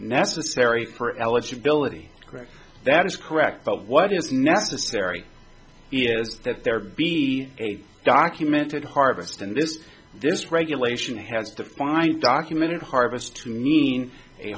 necessary for eligibility correct that is correct but what is necessary is that there be a documented harvest and this this regulation has defined documented harvest to mean a